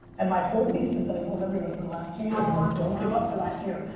and my whole thesis that i told everybody for the last two years, and like don't give up, last year,